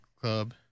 club